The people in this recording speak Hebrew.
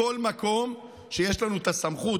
בכל מקום שיש לנו את הסמכות.